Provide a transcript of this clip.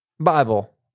Bible